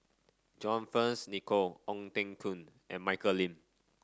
John Fearns Nicoll Ong Teng Koon and Michelle Lim